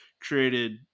Created